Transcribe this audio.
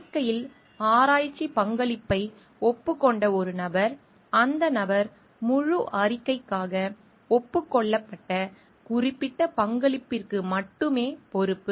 அறிக்கையில் ஆராய்ச்சிப் பங்களிப்பை ஒப்புக்கொண்ட ஒரு நபர் அந்த நபர் முழு அறிக்கைக்காக ஒப்புக்கொள்ளப்பட்ட குறிப்பிட்ட பங்களிப்பிற்கு மட்டுமே பொறுப்பு